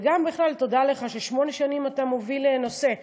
וגם בכלל תודה לך ששמונה שנים אתה מוביל נושא.